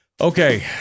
Okay